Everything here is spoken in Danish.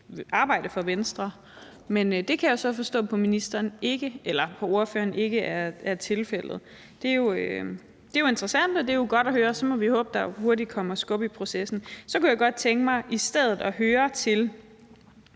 arbejde fra Venstres side, men det kan jeg forstå på ordføreren ikke er tilfældet. Det er jo interessant, og det er godt at høre, og så må vi håbe, at der hurtigt kommer skub i processen. I stedet kunne jeg godt tænke mig at høre,